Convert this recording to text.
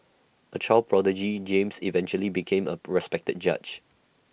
A child prodigy James eventually became A respected judge